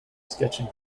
sketching